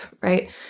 right